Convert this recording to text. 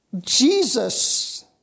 Jesus